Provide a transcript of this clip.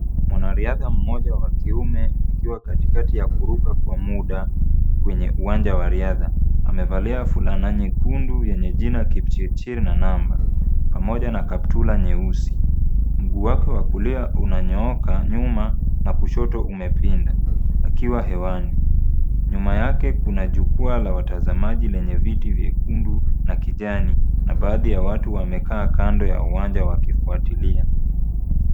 Mwanariadha mmoja wa kiume akiwa katikati ya kuruka kwa muda kwenye uwanja wa riadha. Amevalia fulana nyekundu yenye jina kipchirchir na namba pamoja na kaptula nyeusi. Mguu wake wa kulia unanyooka nyuma na kushoto umepinda akiwa hewani. Nyuma yake kuna jukwaa la watazamaji lenye viti vyekundu na kijani na baadhi ya watu wamekaa kando ya uwanja wakifuatilia.